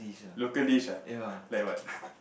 local dish ah like what